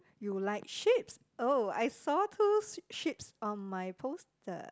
you like sheeps oh I saw two sheeps on my poster